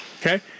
okay